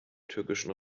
türkischen